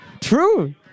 True